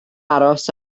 aros